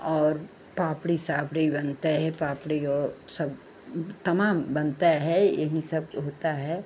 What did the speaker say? और पापड़ी सापड़ी बनता है पापड़ी ओ सब तमाम बनता है यही सब होता है